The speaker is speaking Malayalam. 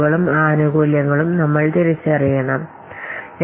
വ്യത്യസ്ത തരത്തിലുള്ള ആനുകൂല്യങ്ങൾ നമ്മൾ സമാനമായി തിരിച്ചറിയേണ്ടതുണ്ട്